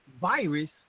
virus